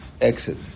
exit